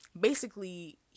basically-